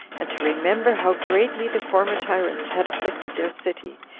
and to remember how greatly the former tyrants had afflicted their city,